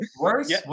Worse